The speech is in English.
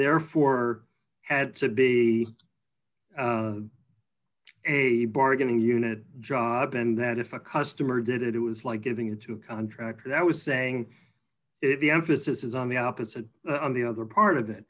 therefore had to be a bargaining unit job and that if a customer did it it was like getting into a contract that was saying if the emphasis is on the opposite on the other part of it